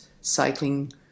cycling